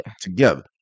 Together